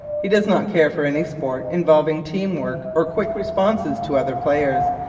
he does not care for any sport involving team work or quick responses to other players.